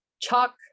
Chalk